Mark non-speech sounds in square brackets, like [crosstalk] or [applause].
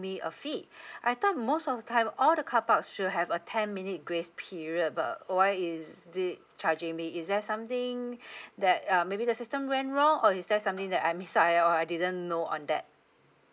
me a fee [breath] I thought most of the time all the carpark should have a ten minute grace period but why is it charging me is there something [breath] that uh maybe the system went wrong or is there something that I miss out or I didn't know on that